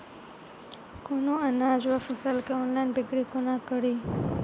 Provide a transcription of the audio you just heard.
कोनों अनाज वा फसल केँ ऑनलाइन बिक्री कोना कड़ी?